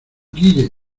guille